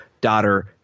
daughter